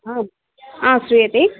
श्रूयते